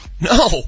no